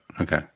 Okay